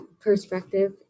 perspective